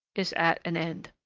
is at an end.